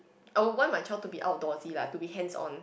oh I want my child to be outdoorsy lah to be hands on